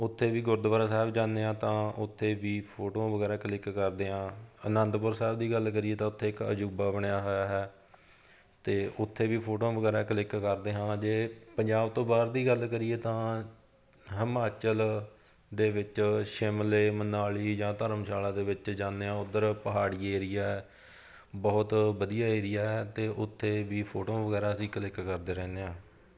ਉੱਥੇ ਵੀ ਗੁਰਦੁਆਰਾ ਸਾਹਿਬ ਜਾਂਦੇ ਹਾਂ ਤਾਂ ਉੱਥੇ ਵੀ ਫੋਟੋਆਂ ਵਗੈਰਾ ਕਲਿੱਕ ਕਰਦੇ ਹਾਂ ਅਨੰਦਪੁਰ ਸਾਹਿਬ ਦੀ ਗੱਲ ਕਰੀਏ ਤਾਂ ਉੱਥੇ ਇੱਕ ਅਜੂਬਾ ਬਣਿਆ ਹੋਇਆ ਹੈ ਅਤੇ ਉੱਥੇ ਵੀ ਫੋਟੋਆਂ ਵਗੈਰਾ ਕਲਿੱਕ ਕਰਦੇ ਹਾਂ ਜੇ ਪੰਜਾਬ ਤੋਂ ਬਾਹਰ ਦੀ ਗੱਲ ਕਰੀਏ ਤਾਂ ਹਿਮਾਚਲ ਦੇ ਵਿੱਚ ਸ਼ਿਮਲੇ ਮਨਾਲੀ ਜਾਂ ਧਰਮਸ਼ਾਲਾ ਦੇ ਵਿੱਚ ਜਾਂਦੇ ਹਾਂ ਉਧਰ ਪਹਾੜੀ ਏਰੀਆ ਹੈ ਬਹੁਤ ਵਧੀਆ ਏਰੀਆ ਹੈ ਅਤੇ ਉੱਥੇ ਵੀ ਫੋਟੋਆਂ ਵਗੈਰਾ ਅਸੀਂ ਕਲਿੱਕ ਕਰਦੇ ਰਹਿੰਦੇ ਹਾਂ